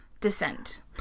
descent